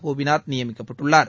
கோபிநாத் நியமிக்கப்பட்டுள்ளார்